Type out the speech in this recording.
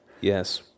Yes